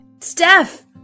Steph